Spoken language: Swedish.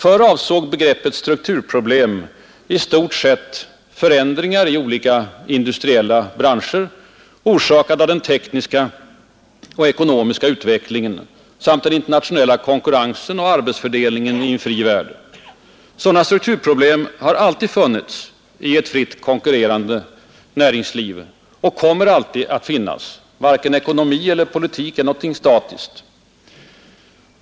Förr avsåg begreppet strukturproblem i stort sett förändringar i olika industriella branscher, orsakade av den tekniska och ekonomiska utvecklingen samt den internationella konkurrensen och arbetsfördelningen i en fri värld. Sådana strukturproblem har alltid funnits i ett fritt konkurrerande näringsliv och kommer alltid att finnas. Varken ekonomi eller politik är något statiskt.